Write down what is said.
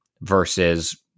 versus